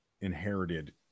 inherited